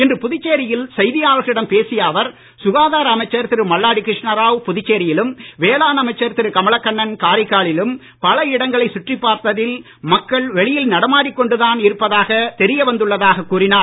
இன்று புதுச்சேரியில் செய்தியாளர்களிடம் பேசிய அவர் சுகாதார அமைச்சர் திரு மல்லாடி கிருஷ்ணராவ் புதுச்சேரியிலும் வேளாண் அமைச்சர் திரு கமலக்கண்ணன் காரைக்காலிலும் பல இடங்களை சுற்றிப் பார்த்ததில் மக்கள் வெளியில் நடமாடிக் கொண்டுதான் இருப்பதாகத் தெரிய வந்துள்ளதாக கூறினார்